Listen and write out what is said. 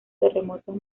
terremotos